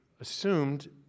assumed